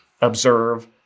observe